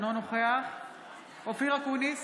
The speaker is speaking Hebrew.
אינו נוכח אופיר אקוניס,